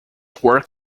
work